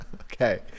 Okay